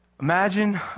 Imagine